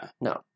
No